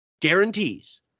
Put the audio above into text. guarantees